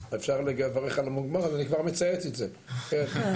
על כל המורכבות וההתמודדות שלנו כמשטרה,